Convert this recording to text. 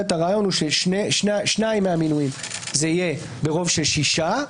הרעיון הוא ששניים מהמינויים יהיו ברוב של שישה.